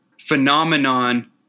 phenomenon